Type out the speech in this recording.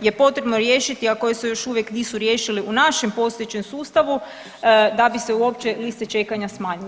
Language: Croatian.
je potrebno riješiti a koje se još uvijek nisu riješile u našem postojećem sustavu da bi se uopće liste čekanja smanjile.